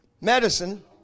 medicine